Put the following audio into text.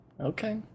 Okay